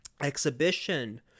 exhibition